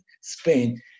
Spain